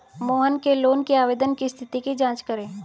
मोहन के लोन के आवेदन की स्थिति की जाँच करें